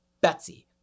Betsy